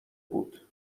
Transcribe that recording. بود